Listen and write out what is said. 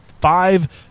five